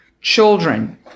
children